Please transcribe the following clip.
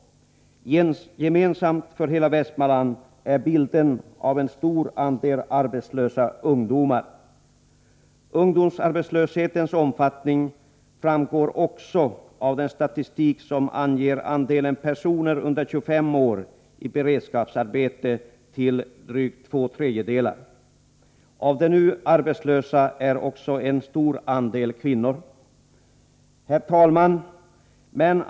Gemensam för hela Västmanland är bilden av en stor andel arbetslösa ungdomar. Ungdomsarbetslöshetens omfattning framgår också av den statistik som anger att andelen personer under 25 år i beredskapsarbete är drygt två tredjedelar. Av de nu arbetslösa är en stor andel kvinnor. Herr talman!